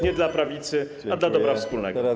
nie dla prawicy, ale dla dobra wspólnego.